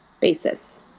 basis